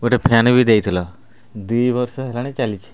ଗୋଟେ ଫ୍ୟାନ୍ ବି ଦେଇଥିଲ ଦୁଇ ବର୍ଷ ହେଲାଣି ଚାଲିଛି